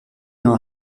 ayant